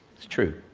it's true,